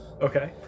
okay